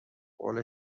قول